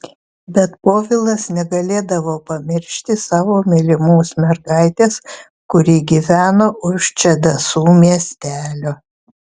bet povilas negalėdavo pamiršti savo mylimos mergaitės kuri gyveno už čedasų miestelio